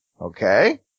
okay